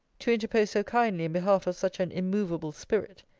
to interpose so kindly in behalf such an immovable spirit!